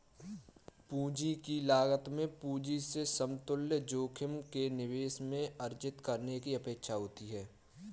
पूंजी की लागत में पूंजी से समतुल्य जोखिम के निवेश में अर्जित करने की अपेक्षा होती है